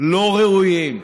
לא ראויים.